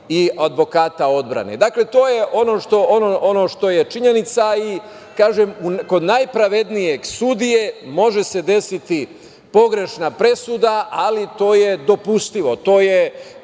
i advokata odbrane. Dakle, to je ono što je činjenica. Kažem, i kod najpravednijeg sudije može se desiti pogrešna presuda, ali to je dopustivo, to nije